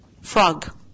Frog